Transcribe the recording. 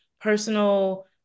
personal